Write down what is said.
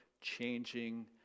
changing